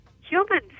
humans